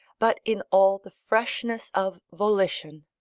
but in all the freshness of volition.